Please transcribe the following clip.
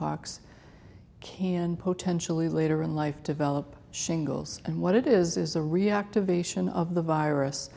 pox can potentially later in life develop shingles and what it is is a reactivation of the virus